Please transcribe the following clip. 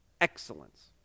Excellence